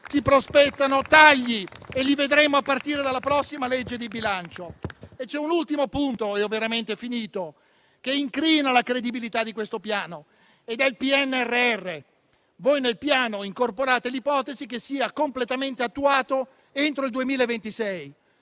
si prospettano tagli e li vedremo a partire dalla prossima legge di bilancio. C'è un ultimo punto che incrina la credibilità di questo Piano ed è il PNRR. Voi incorporate l'ipotesi che sia completamente attuato entro il 2026.